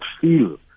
feel